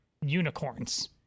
unicorns